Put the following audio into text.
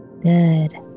good